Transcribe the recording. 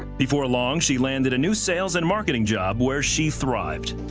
before long, she landed a new sales and marketing job, where she thrived.